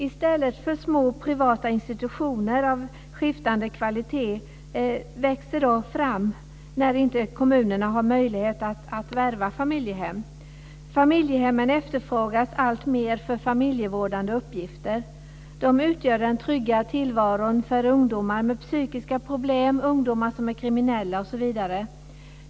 I stället växer små privata institutioner av skiftande kvalitet fram. Familjehemmen efterfrågas alltmer för familjevårdande uppgifter. De utgör den trygga tillvaron för ungdomar med psykiska problem, ungdomar som är kriminella osv.